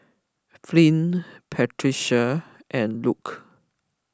Flint Patricia and Luke